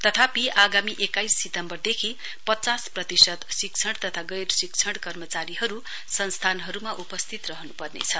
तथापि आगामी एक्काइस सितम्वरदेखि पचास प्रतिशत शिक्षण तथा गैर शिक्षण कर्चचारीहरु संस्थानहरुमा उपस्थित रहनुपर्नेछ